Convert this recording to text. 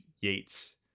Yates